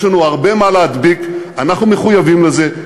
יש לנו הרבה מה להדביק, אנחנו מחויבים לזה.